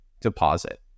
deposit